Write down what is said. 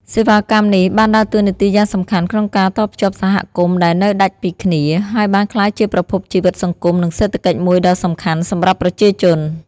សេវាកម្មនេះបានដើរតួនាទីយ៉ាងសំខាន់ក្នុងការតភ្ជាប់សហគមន៍ដែលនៅដាច់ពីគ្នា ហើយបានក្លាយជាប្រភពជីវិតសង្គមនិងសេដ្ឋកិច្ចមួយដ៏សំខាន់សម្រាប់ប្រជាជន។